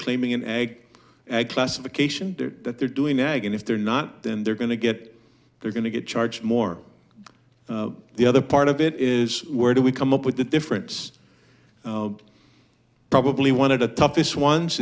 claiming an egg and classification that they're doing ag and if they're not then they're going to get they're going to get charged more the other part of it is where do we come up with the difference probably one of the top this one